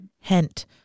Hint